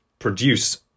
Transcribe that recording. produce